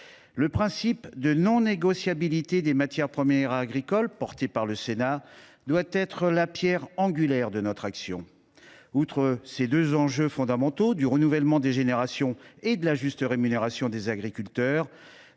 Le principe de non négociabilité des matières premières agricoles, défendu par le Sénat, doit être la pierre angulaire de notre action. Au delà de ces deux enjeux fondamentaux du renouvellement des générations et de la juste rémunération des agriculteurs,